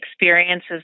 experiences